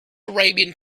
arabian